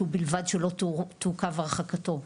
ובלבד שלא תעוכב הרחקתו,